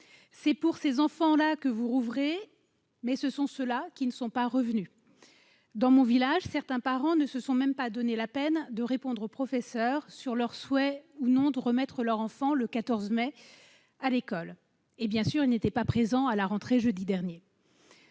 C'est pour ces enfants-là que vous rouvrez les écoles, mais ce sont ceux-là qui ne sont pas revenus ... Ainsi, dans mon village, certains parents ne se sont même pas donné la peine de répondre aux professeurs sur leur souhait de remettre ou non leur enfant à l'école le 14 mai ; bien sûr, ils n'étaient pas présents à la rentrée, jeudi dernier-